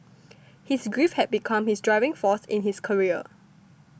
his grief had become his driving force in his career